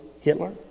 Hitler